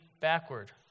backward